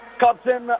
captain